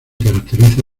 caracteriza